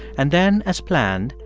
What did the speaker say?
and then, as planned,